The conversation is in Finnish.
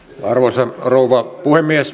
arvoisa rouva puhemies